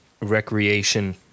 recreation